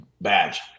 badge